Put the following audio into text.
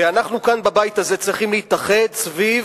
ואנחנו כאן בבית הזה צריכים להתאחד סביב